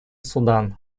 судан